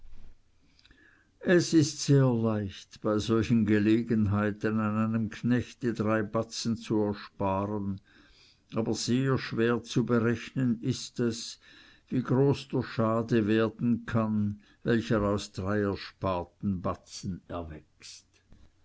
es ist sehr leicht bei solchen gelegenheiten an einem knechte drei batzen zu ersparen aber sehr schwer zu berechnen ist es wie groß der schade werden kann welcher aus drei ersparten batzen erwächst